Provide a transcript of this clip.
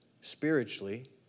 spiritually